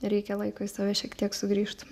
reikia laiko į save šiek tiek sugrįžt